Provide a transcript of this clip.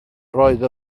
roedd